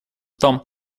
том